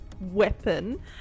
weapon